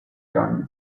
johnny